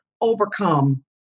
overcome